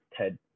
Ted